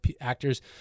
actors